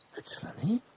that's funny,